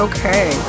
Okay